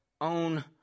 own